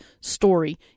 story